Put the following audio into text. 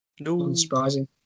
Unsurprising